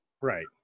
Right